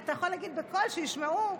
אתה יכול להגיד בקול, שישמעו?